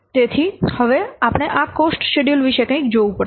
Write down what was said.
હવે તેથી હવે આપણે આ કોસ્ટ શેડ્યૂલ વિશે કંઈક જોવું પડશે